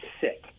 sick